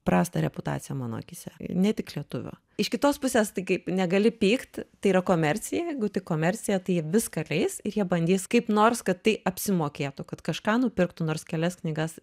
prastą reputaciją mano akyse ne tik lietuvių iš kitos pusės tai kaip negali pykt tai yra komercija jeigu tai komercija tai viską leis ir jie bandys kaip nors kad tai apsimokėtų kad kažką nupirktų nors kelias knygas